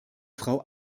frau